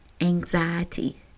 Anxiety